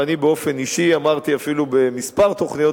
ואני באופן אישי אמרתי אפילו בכמה תוכניות